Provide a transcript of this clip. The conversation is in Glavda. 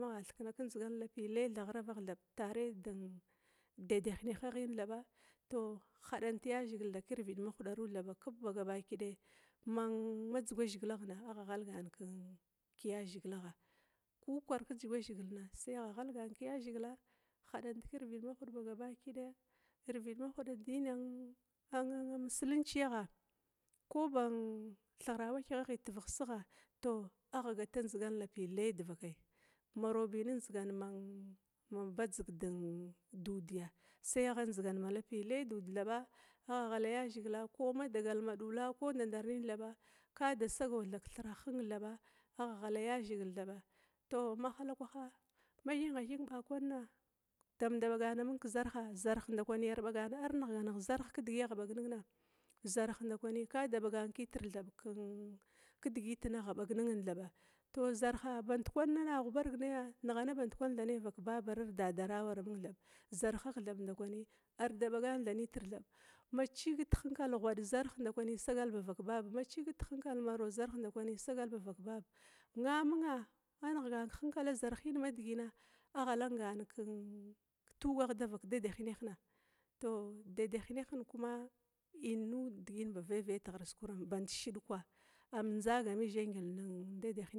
Magha thikina ke ndzizan lapilai lai thaba ghiravagha tare de dadhinehagha ma hadan ta dadamazhigil kervid mahudaru ba gaba kidai ma dzuga zhigilagha ndaku agha ghalgan kiyazhigilaghna, kukwar ke dzuga zigil badum sai agha ghalgan keyazhigilna hadant kirvid mahuda, irvid mahudan addinia musulinciagha koban zhiyhira wa kyagha tivighkiskigha agha gata ndzigan lapi lai divaka ya maraubi ne ndzigan ma badzig dudiya sai agha ndzigan ma lapi lai duda thaba agha ghala yazhigil thaba, tou mahalakwaha ma thingha thinga thaba damda bagana amung ke zarh, arnighganihgh zarh kidigi agha bagninna zarh ndakwi kada bagana kitir kidigiti agha bagninna tou zarha bandkwan ina bagnaina, nighana bandkwan thab nai vak dadara arde babara awaramung thab, zarhagh thab ndakwani arda bagan tha nitir bandkwa bag ninga. Ma cigit dehinkal hwad zarh ndakwi a sigal bavak baba ma cigit dehankal marau zarh ndakwani sagal bavak baba, nna amung a dzargan a nighgana kehinkala zarhina madigina agha langan kitugagh davak dadahineh, tou dadahinehin kuma innuda ba veve tighir kuskurama band shudkwa am ndzagan mazha ngil kina.